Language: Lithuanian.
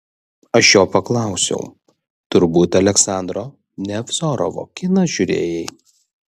aš jo paklausiau turbūt aleksandro nevzorovo kiną žiūrėjai